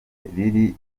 riri